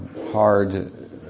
hard